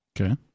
Okay